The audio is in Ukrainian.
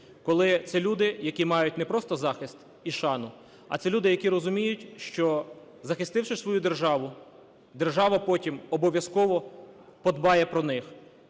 Коли це люди, які мають не просто захист і шану, а це люди, які розуміють, що, захистивши свою державу, держава потім обов'язково подбає про них,